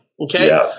Okay